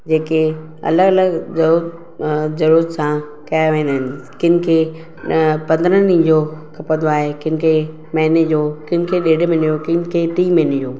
जेके अलॻि अलॻि जो ज़रूरत सां कया वेंदा आहिनि किनि खे पंदरहनि ॾींहनि जो खपंदो आहे किनि खे महीने जो किनि खे डेढि महीने जो किनि खे टीं महीने जो